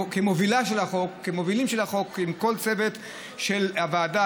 כמובילה של החוק עם כל הצוות של הוועדה,